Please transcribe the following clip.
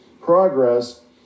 progress